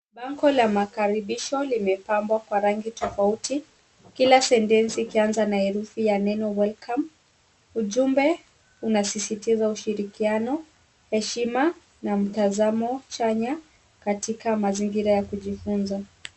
Bango la makaribisho limepambwa kwa rangi tofauti kila sentensi ikianza na herufi ya neno welcome , ujumbe unasisitiza ushirikiano, heshima na mtazamo chanya katika mazingira ya kujifunza.